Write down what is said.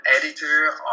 editor